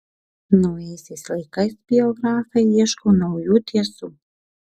naujaisiais laikais biografai ieško naujų tiesų